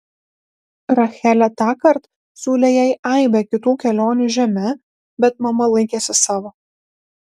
rachelė tąkart siūlė jai aibę kitų kelionių žeme bet mama laikėsi savo